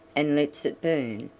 and lets it burn,